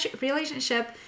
relationship